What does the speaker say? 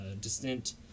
distinct